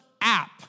app